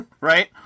right